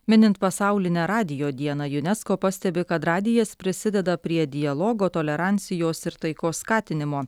minint pasaulinę radijo dieną junesko pastebi kad radijas prisideda prie dialogo tolerancijos ir taikos skatinimo